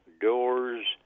doors